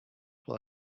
will